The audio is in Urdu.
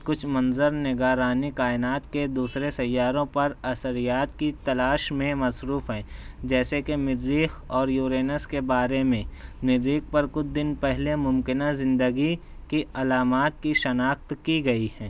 کچھ منظر نگارانِ کائنات کے دوسرے سیاروں پر اثرات کی تلاش میں مصروف ہیں جیسے کہ مریخ اور یورینس کے بارے میں مریخ پر کچھ دِن پہلے ممکنہ زندگی کی علامات کی شناخت کی گئی ہے